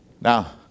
Now